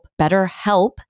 BetterHelp